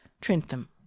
Trentham